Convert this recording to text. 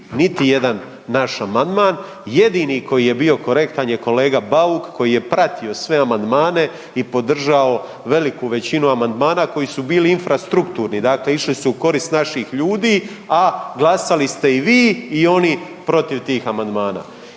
niti jedan naš amandman, jedini koji je bio korektan je kolega Bauk koji je pratio sve amandmane i podržao veliku većinu amandmana koji su bili infrastrukturni, dakle išli su u korist naših ljudi a glasali ste i vi i oni protiv tih amandmana.